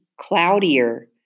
cloudier